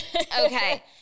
okay